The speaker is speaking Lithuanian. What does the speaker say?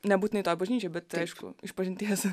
nebūtinai tau bažnyčioj bet aišku išpažinties